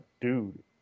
dude